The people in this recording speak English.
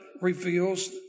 reveals